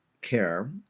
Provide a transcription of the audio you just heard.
care